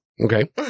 Okay